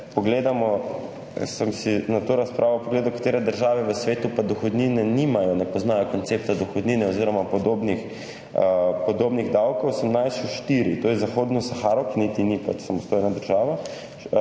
pogledamo, sem si na to razpravo pogledal, katere države v svetu pa dohodnine nimajo, ne poznajo koncepta dohodnine oziroma podobnih davkov. Sem našel štiri, to je Zahodno Saharo, ki niti ni pač samostojna država,